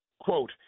Quote